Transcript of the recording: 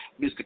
Mr